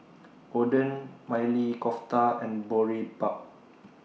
Oden Maili Kofta and Boribap